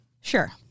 Sure